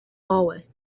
hallway